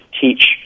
teach